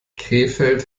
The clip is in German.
krefeld